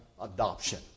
adoption